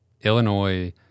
Illinois